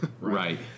Right